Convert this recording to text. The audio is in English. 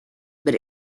but